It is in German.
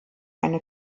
eine